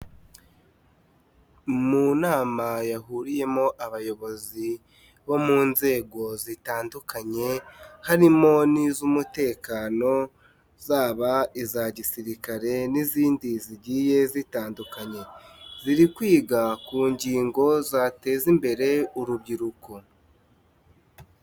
Mu nama yahuriyemo abayobozi bo mu nzego zitandukanye, harimo n'iz'umutekano, zaba iza gisirikare, n'izindi zigiye zitandukanye, ziri kwiga ku ngingo zateza imbere urubyiruko.